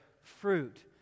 fruit